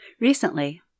Recently